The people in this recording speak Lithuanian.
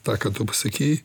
tą ką tu pasakei